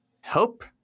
help